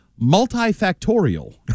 multifactorial